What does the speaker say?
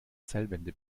zellwände